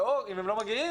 ו/או אם הם לא מגיעים